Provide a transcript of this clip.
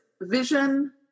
vision